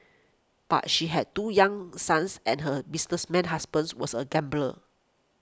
but she had two young sons and her businessman husband was a gambler